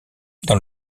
dans